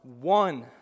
one